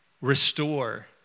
restore